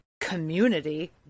community